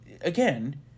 again